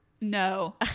No